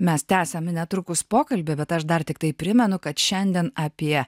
mes tęsiame netrukus pokalbį bet aš dar tiktai primenu kad šiandien apie